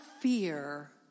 fear